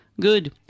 Good